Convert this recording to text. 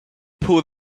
pull